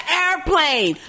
airplane